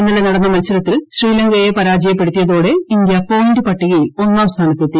ഇന്നലെ നടന്ന മത്സരത്തിൽ ശ്രീലങ്കയെ പരാജയപ്പെടുത്തിയതോടെ ഇന്ത്യ പോയിന്റ് പട്ടികയിൽ ഒന്നാം സ്ഥാനത്ത് എത്തി